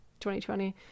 2020